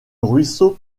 ruisseau